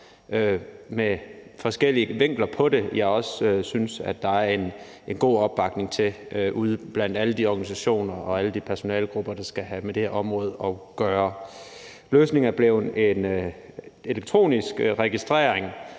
med forskellige vinkler på det også er en god opbakning til ude blandt alle de organisationer og alle de personalegrupper, der skal have med det område at gøre. Løsningen er blevet en elektronisk registrering,